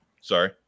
Sorry